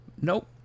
Nope